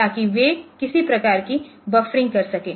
ताकि वे किसी प्रकार की बफरिंग कर सकें